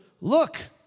look